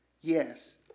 Yes